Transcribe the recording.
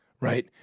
right